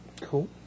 Cool